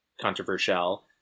controversial